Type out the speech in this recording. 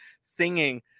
singing